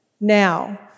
Now